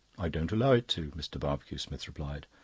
i don't allow it to, mr. barbecue-smith replied.